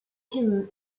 hymn